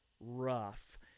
rough